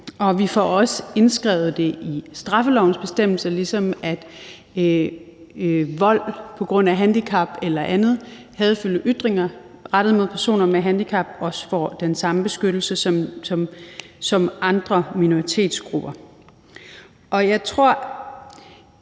vi får også indskrevet det i straffelovens bestemmelse, ligesom at personer med handicap, f.eks. vold på grund af handicap, hadefulde ytringer rettet mod personer med handicap eller andet, også får den samme beskyttelse som andre minoritetsgrupper. Jeg tror,